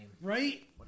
Right